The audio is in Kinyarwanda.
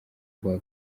rwa